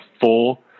full